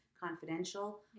confidential